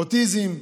אוטיזם,